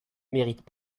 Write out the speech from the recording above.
méritent